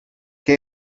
que